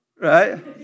Right